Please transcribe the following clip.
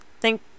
thank